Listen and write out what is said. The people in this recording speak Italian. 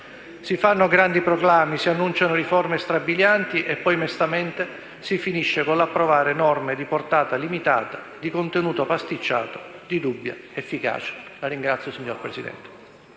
Si fanno grandi proclami, si annunciano riforme strabilianti e poi, mestamente, si finisce con l'approvare norme di portata limitata, di contenuto pasticciato, di dubbia efficacia. *(Applausi dal